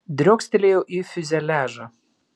driokstelėjau į fiuzeliažą